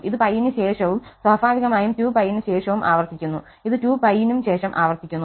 ഇത് π ന് ശേഷവും സ്വാഭാവികമായും 2π ന് ശേഷവും ആവർത്തിക്കുന്നു ഇത് 2π നും ശേഷം ആവർത്തിക്കുന്നു